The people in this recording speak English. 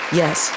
yes